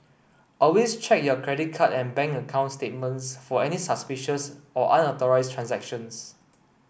always check your credit card and bank account statements for any suspicious or unauthorised transactions